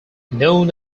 known